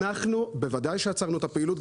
בוודאי שעצרנו את הפעילות,